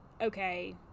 okay